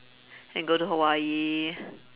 and go to hawaii